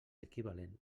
equivalent